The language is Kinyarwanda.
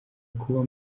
kuba